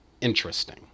interesting